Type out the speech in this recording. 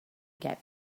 get